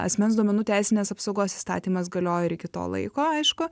asmens duomenų teisinės apsaugos įstatymas galiojo iki to laiko aišku